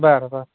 बरं बरं